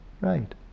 Right